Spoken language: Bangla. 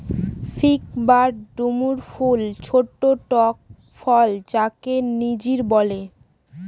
ফিগ বা ডুমুর ফল ছোট্ট টক ফল যাকে নজির বলে